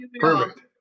Perfect